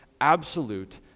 absolute